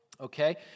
Okay